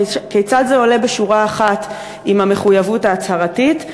כיצד זה עולה בשורה אחת עם המחויבות ההצהרתית,